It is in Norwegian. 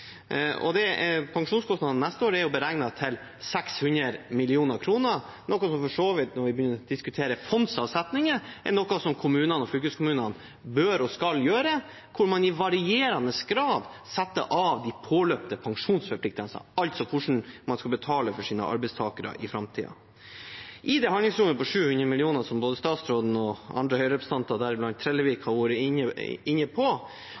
Pensjonskostnadene neste år er beregnet til 600 mill. kr, og når vi begynner å diskutere fondsavsetninger, er det for så vidt noe kommunene og fylkeskommunene bør og skal gjøre, der man i varierende grad setter av de påløpte pensjonsforpliktelsene, altså hvordan man skal betale for sine arbeidstakere i framtiden. I det handlingsrommet på 700 mill. kr, som både statsråden og andre Høyre-representanter, deriblant Trellevik, har vært inne på,